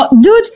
Dude